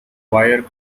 wire